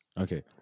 okay